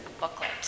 booklet